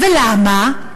ולמה?